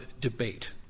debate